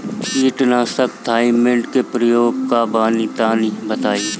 कीटनाशक थाइमेट के प्रयोग का बा तनि बताई?